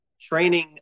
training